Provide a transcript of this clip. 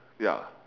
ya